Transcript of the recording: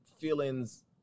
feelings